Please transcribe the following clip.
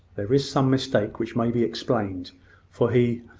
there is some mistake which may be explained for he.